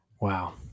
Wow